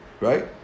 right